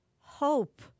hope